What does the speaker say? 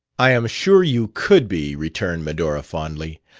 i am sure you could be, returned medora fondly.